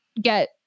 get